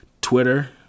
Twitter